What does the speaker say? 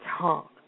talk